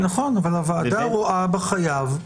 נכון, אבל הוועדה רואה בחייב.